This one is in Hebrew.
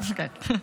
כן.